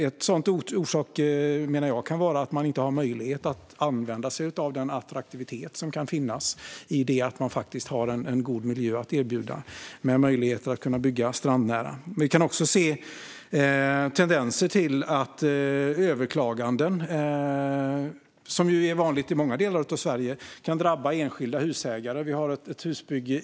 En sådan orsak menar jag kan vara att man inte har möjlighet att använda sig av den attraktivitet som kan finnas i att man faktiskt har en god miljö att erbjuda med möjligheter att bygga strandnära. Vi kan också se tendenser till att överklaganden som är vanliga i många delar av Sverige kan drabba enskilda husägare.